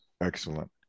Excellent